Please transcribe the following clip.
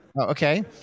Okay